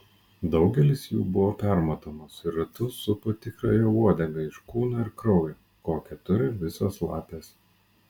daugelis jų buvo permatomos ir ratu supo tikrąją uodegą iš kūno ir kraujo kokią turi visos lapės